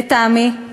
לטעמי,